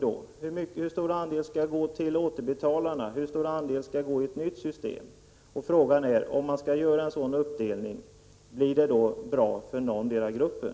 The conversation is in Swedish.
Frågan blir: Hur stor andel skall gå till återbetalarna och hur stor andel skall användas för ett nytt system? Och om man skall göra en sådan uppdelning, blir det då bra för någondera gruppen?